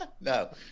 No